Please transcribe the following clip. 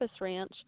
Ranch